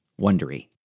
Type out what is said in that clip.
wondery